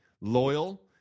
loyal